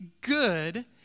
good